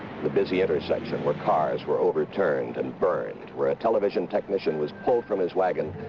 the busy intersection where cars were overturned and burned where a television technician was pulled from his wagon,